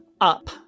up